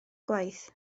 gwaith